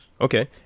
Okay